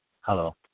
Hello